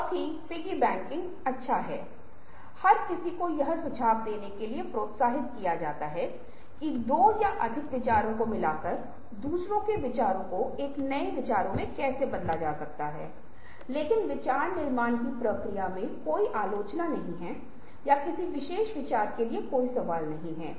अब मंथन यह विचार मंथन का एक हिस्सा है और फिर स्पष्ट रूप से विचार मंथन पूरा होने के बाद आप चीजों को एक साथ रखने की कोशिश करते हैं और पहचानते हैं कि वास्तव में क्या हो रहा है और आप विश्लेषणात्मक सोच के लिए जाते हैं